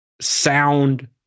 sound